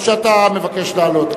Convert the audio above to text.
או שאתה מבקש לעלות?